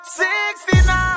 69